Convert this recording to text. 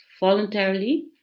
Voluntarily